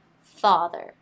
father